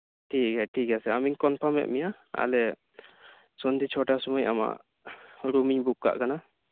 ᱴᱷᱤᱠ ᱜᱮᱭᱟ ᱴᱷᱤᱠ ᱜᱮᱭᱟ ᱥᱮᱨ ᱟᱢᱤᱧ ᱠᱚᱱᱯᱷᱟᱨᱢ ᱮᱫ ᱢᱮᱭᱟ ᱟᱞᱮ ᱥᱚᱱᱫᱷᱮ ᱪᱷᱚᱴᱟ ᱥᱚᱢᱚᱭ ᱟᱢᱟᱜ ᱨᱩᱢᱤᱧ ᱵᱩᱠ ᱠᱟᱜ ᱠᱟᱱᱟ